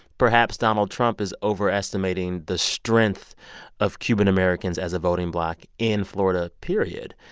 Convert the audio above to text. perhaps, donald trump is overestimating the strength of cuban-americans as a voting bloc in florida, period.